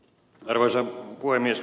arvoisa puhemies